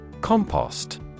Compost